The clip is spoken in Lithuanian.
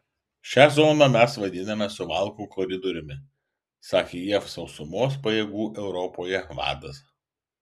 šią zoną mes vadiname suvalkų koridoriumi sakė jav sausumos pajėgų europoje vadas